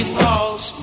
falls